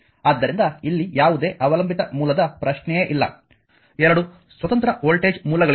ಆದ್ದರಿಂದ ಇಲ್ಲಿ ಯಾವುದೇ ಅವಲಂಬಿತ ಮೂಲದ ಪ್ರಶ್ನೆಯೇ ಇಲ್ಲ 2 ಸ್ವತಂತ್ರ ವೋಲ್ಟೇಜ್ ಮೂಲಗಳಿವೆ